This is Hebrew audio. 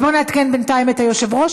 אז בואו נעדכן בינתיים את היושב-ראש